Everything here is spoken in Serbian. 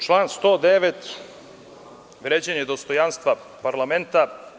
Član 109. vređanje dostojanstva parlamenta.